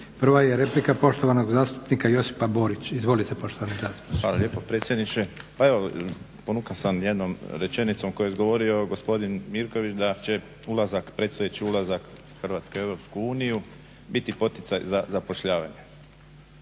Prva je replika poštovanog zastupnika Josipa Borića. Izvolite poštovani zastupniče. **Borić, Josip (HDZ)** Hvala lijepo predsjedniče. Pa evo, ponukan sam jednom rečenicom koju je izgovorio gospodin Mirković da će ulazak, predstojeći ulazak Hrvatske u Europsku uniju biti poticaj za zapošljavanje.